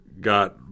got